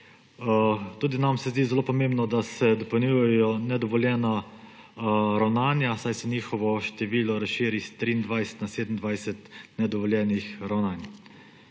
Zdi se nam zelo pomembno tudi, da se dopolnjujejo nedovoljena ravnanja, saj se njihovo število razširi s 23 na 27 nedovoljenih ravnanj.